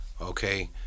Okay